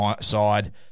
side